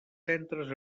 centres